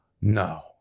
no